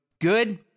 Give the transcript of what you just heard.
good